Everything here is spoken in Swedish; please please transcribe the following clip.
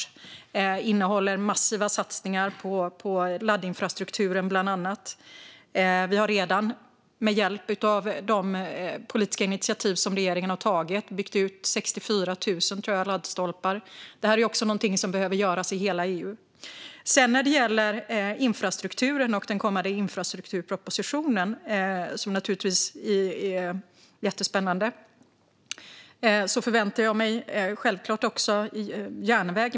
Den innehåller massiva satsningar på bland annat laddinfrastrukturen. Vi har redan, med hjälp av de politiska initiativ regeringen har tagit, byggt ut med 64 000 laddstolpar. Detta är också någonting som behöver göras i hela EU. När det sedan gäller infrastrukturen och den kommande infrastrukturpropositionen, som naturligtvis är jättespännande, förväntar jag mig självklart också järnväg.